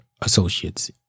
associates